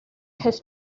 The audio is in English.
his